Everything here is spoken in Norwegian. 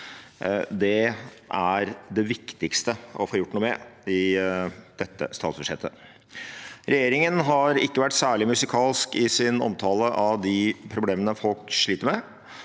Det er det viktigste å få gjort noe med i dette statsbudsjettet. Regjeringen har ikke vært særlig musikalsk i sin omtale av de problemene folk sliter med.